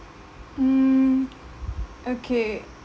mm okay